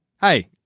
Hey